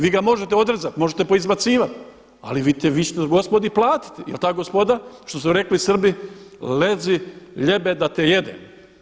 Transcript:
Vi ga možete odrezati, možete poizbacivati ali vi ćete gospodi platiti jel ta gospodina što su rekli Srbi, lezi ljebe da te jedem.